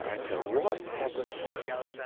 so what happens next?